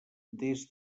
des